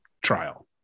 trial